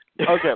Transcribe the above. Okay